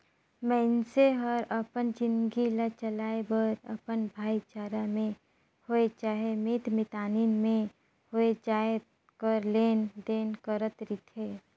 मइनसे हर अपन जिनगी ल चलाए बर अपन भाईचारा में होए चहे मीत मितानी में होए जाएत कर लेन देन करत रिथे